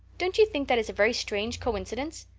don't you think that is a very strange coincidence?